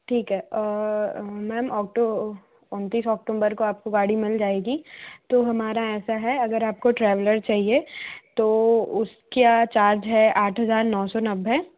ठीक है ma'am Octo उनतीस ऑक्टोंबर को आपको गाड़ी मिल जाएगी तो हमारा ऐसा है अगर आपको ट्रैवलर चाहिए तो उसक्या चार्ज है आठ हज़ार नौ सौ नब्बे